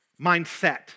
mindset